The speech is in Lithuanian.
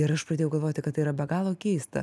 ir aš pradėjau galvoti kad tai yra be galo keista